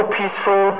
peaceful